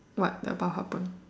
what about happen